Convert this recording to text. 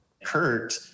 Kurt